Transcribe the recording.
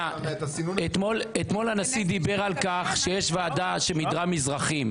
אתמול הנשיא דיבר על כך שיש ועדה שהדירה מזרחים